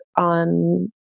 on